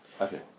Okay